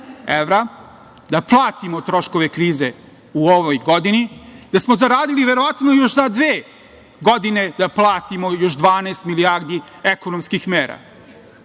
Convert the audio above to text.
evra da platimo troškove krize u ovoj godini, da smo zaradili verovatno još za dve godine da platimo još 12 milijardi ekonomskih mera